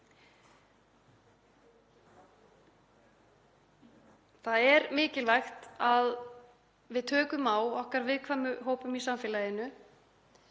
Það er mikilvægt að við tökum á okkar viðkvæmu hópum í samfélaginu.